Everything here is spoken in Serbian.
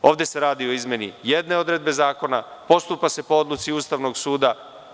Ovde se radi o izmeni jedne odredbe zakona, postupa se po odluci Ustavnog suda.